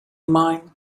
mine